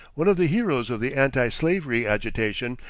one of the heroes of the anti-slavery agitation,